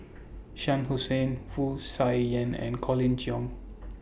Shah Hussain Wu Tsai Yen and Colin Cheong